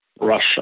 Russia